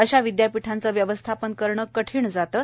अश्या विदयापीठांचे व्यवस्थापन करणे कठीण जाते